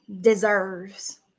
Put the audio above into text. deserves